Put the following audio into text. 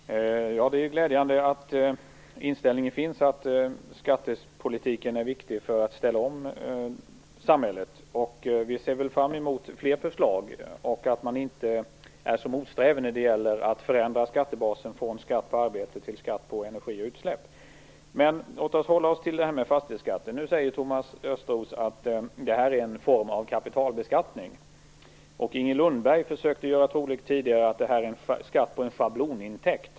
Herr talman! Det är glädjande att inställningen finns att skattepolitiken är viktig för att ställa om samhället. Vi ser fram emot fler förslag, och att regeringen inte är så motsträvig när det gäller att förändra skattebasen från skatt på arbete till skatt på energi och utsläpp. Men låt oss hålla oss till fastighetsskatten. Nu säger Thomas Östros att den är en form av kapitalbeskattning. Inger Lundberg försökte tidigare göra troligt att den är en skatt på en schablonintäkt.